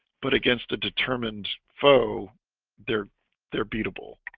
but against a determined foe they're they're beatable